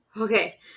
okay